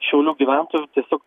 šiaulių gyventojų tiesiog